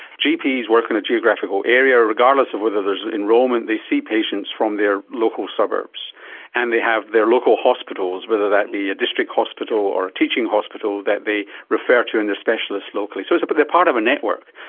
gps work in a geographical area regardless of whether there's enrolment. they see patients from their local suburbs and they have their local hospitals, whether that be a district hospital or a teaching hospital that they refer to and their specialists, locally. so so but they're part of a network,